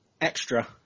extra